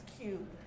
Cube